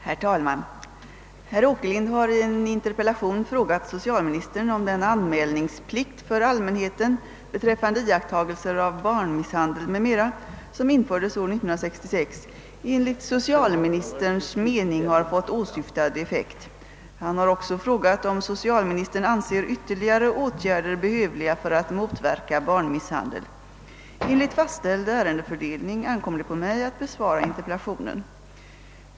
Herr tälman! Herr Åkerlind har i en interpellation frågat socialministern om den anmälningsplikt för allmänheten beträffande iakttagelser av. barnmisshandel m.m., som infördes år 1966, enligt socialministerns: mening: har fått åsyftad effekt. Han har också frågat om socialministern anser ytterligare åtgärder behövliga för att motverka :barn misshandel. Enligt fastställd ärendefördelning ankommer det på mig att besvara interpellationen.